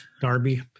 Darby